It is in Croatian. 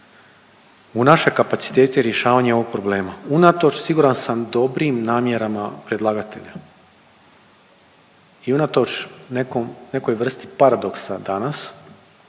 u naše kapacitete rješavanja ovog problema, unatoč, siguran sam, dobrim namjerama predlagatelja. I unatoč nekoj vrsti paradoksa danas